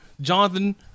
Jonathan